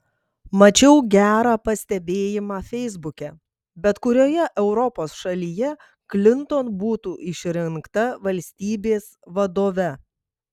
mačiau gerą pastebėjimą feisbuke bet kurioje europos šalyje klinton būtų išrinkta valstybės vadove